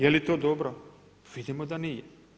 Je li to dobro, vidimo da nije.